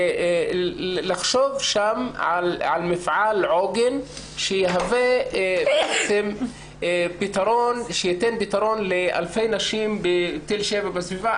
צריך לחשוב שם על מפעל עוגן שיהווה פתרון לאלפי נשים בתל שבע ובסביבה.